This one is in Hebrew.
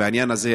בעניין הזה,